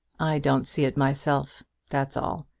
i don't see it myself that's all.